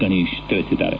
ಗಣೇಶ್ ತಿಳಿಸಿದ್ದಾರೆ